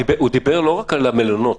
הוא דיבר לא רק על המלונות.